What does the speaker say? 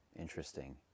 Interesting